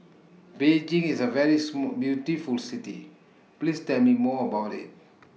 Beijing IS A very Small beautiful City Please Tell Me More about IT